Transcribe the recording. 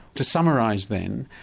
to summarise then,